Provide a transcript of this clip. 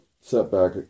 setback